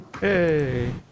Hey